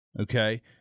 Okay